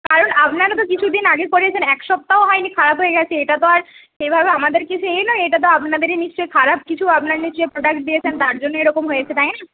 কারণ আপনারা তো কিছু দিন আগে করেছেন এক সপ্তাহও হয়নি খারাপ হয়ে গেছে এটা তো আর এভাবে আমাদের কিছু ইয়ে নয় এটা তো আপনাদেরই নিশ্চয়ই খারাপ কিছু আপনারা নিশ্চয়ই প্রোডাক্ট দিয়েছেন তার জন্যই এরকম হয়েছে তাই না